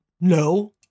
No